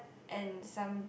and some